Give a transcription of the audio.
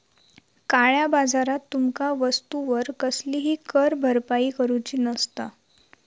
काळया बाजारात तुमका वस्तूवर कसलीही कर भरपाई करूची नसता